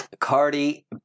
Cardi